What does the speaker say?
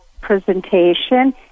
presentation